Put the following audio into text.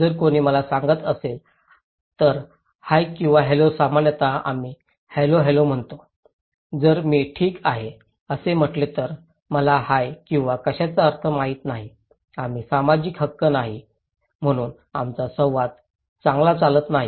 जर कोणी मला सांगत असेल तर हाय किंवा हॅलो सामान्यत आम्ही हॅलो हॅलो म्हणतो जर मी ठीक आहे असे म्हटले तर मला हाय किंवा कशाचा अर्थ माहित नाही आम्ही सामाजिक हक्क नाही म्हणून आमचा संवाद चांगला चालत नाही